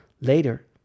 later